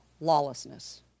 lawlessness